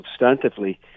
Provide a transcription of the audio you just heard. substantively